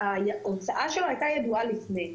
ההוצאה שלו הייתה ידועה לפני.